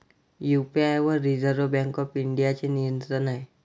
UPI वर reserve bank of इंडियाचे नियंत्रण आहे